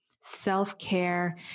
self-care